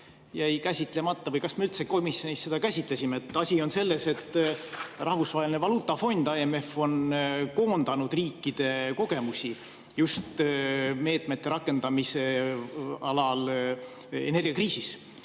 käsitlemata. Või kas me üldse komisjonis seda käsitlesime? Asi on selles, et Rahvusvaheline Valuutafond (IMF) on koondanud riikide kogemusi just meetmete rakendamise alal energiakriisis